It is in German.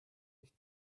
nicht